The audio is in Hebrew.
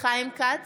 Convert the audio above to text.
חיים כץ,